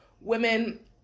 women